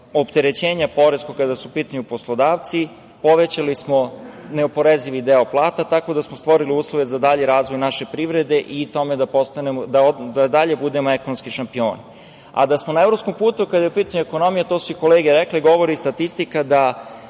opterećenja kada su u pitanju poslodavci, povećali smo neoporezivi deo plata, tako da smo stvorili uslove za dalji razvoj naše privrede i tome da i dalje budemo ekonomski šampioni. Da smo na evropskom putu kada je u pitanju ekonomija, to su i kolege rekle, govori i statistika da